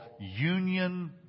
union